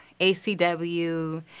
ACW